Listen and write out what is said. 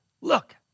look